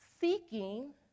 seeking